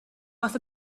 earth